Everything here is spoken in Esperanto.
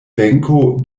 venko